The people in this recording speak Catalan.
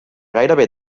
gairebé